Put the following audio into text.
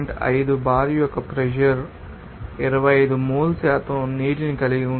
5 bar యొక్క pressure 25 mole శాతం నీటిని కలిగి ఉంటుంది